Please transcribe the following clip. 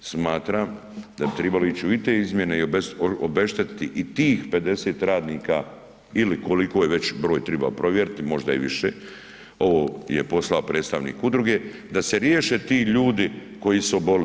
Smatram da bi tribalo ići i u te izmjene i obeštetiti i tih 50 radnika ili koliko je već broj, triba provjeriti možda ih je više, ovo je poslao predstavnik udruge, da se riješe ti ljudi koji su obolili.